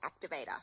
activator